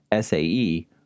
SAE